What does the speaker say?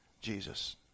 Jesus